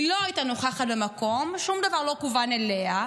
היא לא הייתה נוכחת במקום, שום דבר לא כוון אליה,